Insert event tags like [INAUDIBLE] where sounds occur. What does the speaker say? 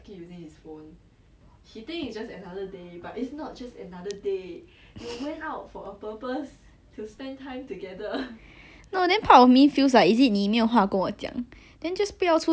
no then part of me feels like is it 你没有话跟我讲 then just 不要出去 lah it's not like we have to go out you know it's like you ask me to go out then to watch videos then for what so weird [BREATH]